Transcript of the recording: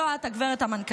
זו את, הגב' המנכ"לית.